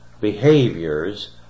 behaviors